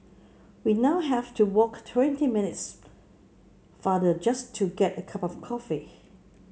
we now have to walk twenty minutes farther just to get a cup of coffee